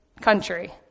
country